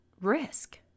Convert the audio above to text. risk